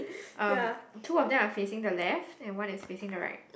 um two of them are facing the left and one is facing the right